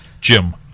Jim